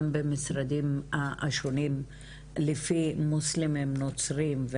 במשרדים השונים על פי מוסלמים ונוצרים,